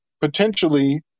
potentially